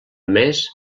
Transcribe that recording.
més